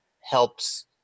helps